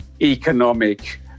economic